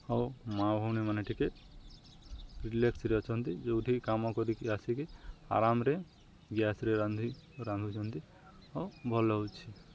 ହଉ ମା' ଭଉଣୀ ମାନେ ଟିକେ ରିଲାକ୍ସରେ ଅଛନ୍ତି ଯେଉଁଠିକି କାମ କରିକି ଆସିକି ଆରାମରେ ଗ୍ୟାସ୍ରେ ରାନ୍ଧି ରାନ୍ଧୁଛନ୍ତି ହଉ ଭଲ ହେଉଛି